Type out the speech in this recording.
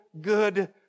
good